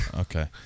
Okay